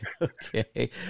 Okay